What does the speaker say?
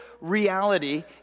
reality